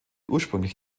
ursprünglich